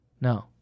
No